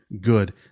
good